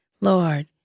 Lord